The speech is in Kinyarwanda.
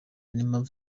n’impamvu